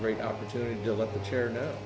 great opportunity to let the chair know